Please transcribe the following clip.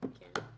כן.